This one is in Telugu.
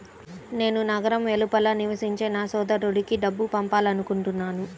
నేను నగరం వెలుపల నివసించే నా సోదరుడికి డబ్బు పంపాలనుకుంటున్నాను